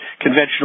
conventional